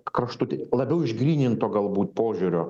kraštuti labiau išgryninto galbūt požiūrio